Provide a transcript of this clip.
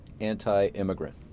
anti-immigrant